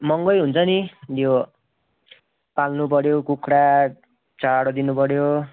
महँगै हुन्छ नि यो पाल्नु पर्यो कुखुरा चारो दिनु पर्यो